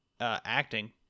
acting